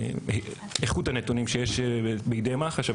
איכות הנתונים שיש בידי מח"ש.